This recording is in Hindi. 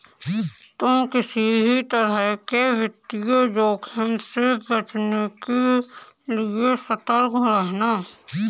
तुम किसी भी तरह के वित्तीय जोखिम से बचने के लिए सतर्क रहना